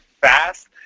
fast